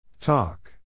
Talk